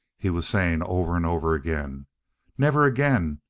he was saying over and over again never again.